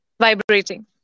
vibrating